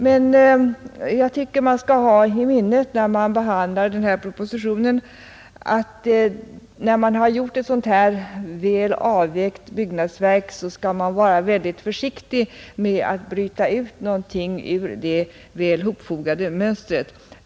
Men jag tycker att man vid behandlingen av denna proposition skall ha i minnet att man, när ett så väl avvägt byggnadsverk har åstadkommits, bör vara väldigt försiktig med att bryta ut någonting ur det väl hopfogade mönstret.